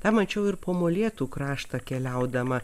tą mačiau ir po molėtų kraštą keliaudama